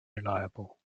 reliable